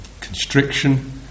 constriction